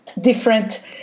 different